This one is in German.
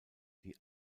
die